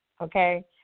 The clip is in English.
okay